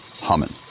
humming